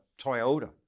Toyota